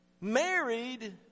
married